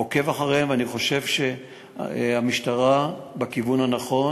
עוקב אחריהן, ואני חושב שהמשטרה בכיוון הנכון.